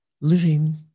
living